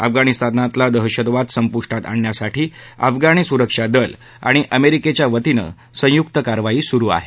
अफगाणिस्तानातला दहशतवाद संपुष्टात आणण्यासाठी अफगाणी सुरक्षा दल आणि अमेरिकच्या वतीनं संयुक्त कारवाई सुरु आहे